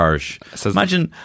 imagine